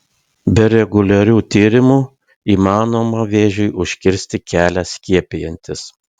be reguliarių tyrimų įmanoma vėžiui užkirsti kelią skiepijantis